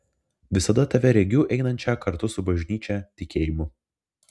visada tave regiu einančią kartu su bažnyčia tikėjimu